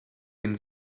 den